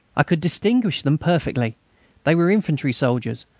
i could distinguish them perfectly they were infantry soldiers,